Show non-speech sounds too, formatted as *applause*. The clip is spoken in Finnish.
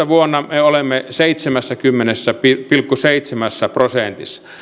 *unintelligible* vuonna kaksituhattayhdeksäntoista me olemme seitsemässäkymmenessä pilkku seitsemässä prosentissa